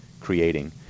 creating